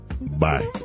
Bye